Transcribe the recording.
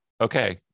okay